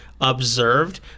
observed